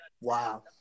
Wow